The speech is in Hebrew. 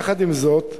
עם זאת,